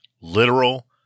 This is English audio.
Literal